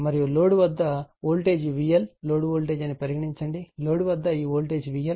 మరియు లోడ్ వద్ద voltage VL load voltage అని పరిగణించబడుతుంది లోడ్ వద్ద ఈ వోల్టేజ్ VL